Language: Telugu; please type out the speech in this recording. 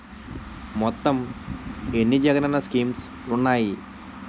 మొత్తం ఎన్ని జగనన్న స్కీమ్స్ ఉన్నాయి?